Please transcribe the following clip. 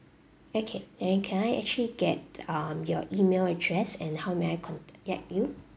okay and can I actually get um your email address and how may I contact you